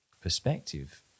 perspective